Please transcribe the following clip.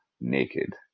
naked